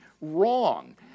wrong